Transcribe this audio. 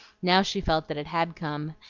now she felt that it had come,